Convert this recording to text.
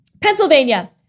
Pennsylvania